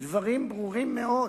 דברים ברורים מאוד.